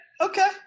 okay